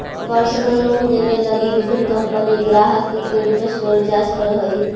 personal loan देवे लगी विभिन्न कंपनि ग्राहक के क्रेडिट स्कोर जांच करऽ हइ